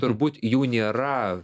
turbūt jų nėra